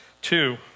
Two